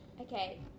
Okay